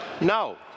No